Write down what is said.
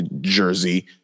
jersey